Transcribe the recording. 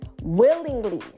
Willingly